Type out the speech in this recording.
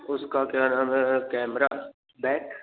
उसका क्या नाम है कैमरा बैक